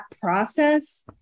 process